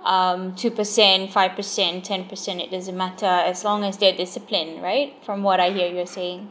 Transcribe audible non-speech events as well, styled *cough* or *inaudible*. *breath* um two percent five percent ten percent it doesn't matter as long as they're discipline right from what I hear you‘re saying